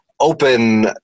open